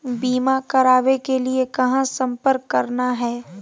बीमा करावे के लिए कहा संपर्क करना है?